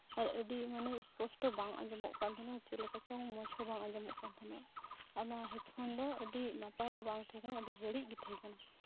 ᱟᱨ ᱟᱹᱰᱤ ᱢᱟᱱᱮ ᱥᱯᱚᱥᱴᱚ ᱵᱟᱝ ᱟᱡᱚᱢᱚᱜ ᱠᱟᱱ ᱛᱟᱦᱮᱱᱟ ᱪᱮᱫ ᱞᱮᱠᱟ ᱪᱚᱝ ᱢᱚᱡᱽ ᱦᱚᱸ ᱟᱡᱚᱢᱚᱜ ᱠᱟᱱ ᱛᱟᱦᱮᱱᱟ ᱟᱨ ᱚᱱᱟ ᱦᱮᱰᱯᱷᱚᱱ ᱫᱚ ᱟᱹᱰᱤ ᱱᱟᱯᱟᱭ ᱫᱚ ᱵᱟᱝ ᱛᱟᱦᱮᱸ ᱠᱟᱱᱟ ᱟᱹᱰᱤ ᱵᱟᱹᱲᱤᱡ ᱜᱮ ᱛᱟᱦᱮᱸ ᱠᱟᱱᱟ